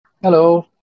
Hello